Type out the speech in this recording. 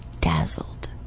dazzled